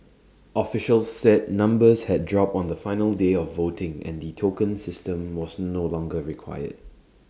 officials said numbers had dropped on the final day of voting and the token system was no longer required